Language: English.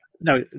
no